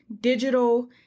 Digital